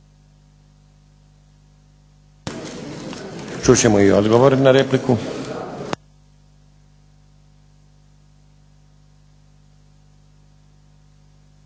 Čut ćemo i odgovor na repliku.